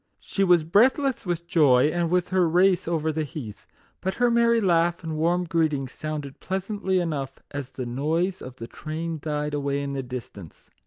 she was breathless with joy, and with her race over the heath but her merry laugh and warm greeting sounded pleasantly enough as the noise of the train died away in the distance.